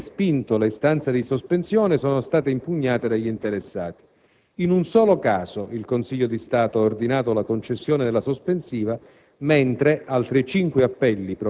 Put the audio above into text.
Alcune delle ordinanze che hanno respinto le istanze di sospensiva sono state impugnate dagli interessati. In un solo caso il Consiglio di Stato ha ordinato la concessione della sospensiva,